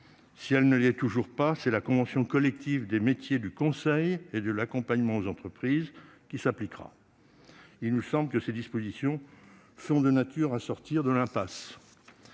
Si celle-ci n'est toujours pas adoptée, c'est la convention collective des métiers du conseil et de l'accompagnement aux entreprises qui s'appliquera. Il nous semble que ces dispositions sont de nature à sortir de l'impasse.